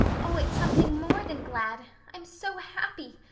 oh, it's something more than glad. i'm so happy.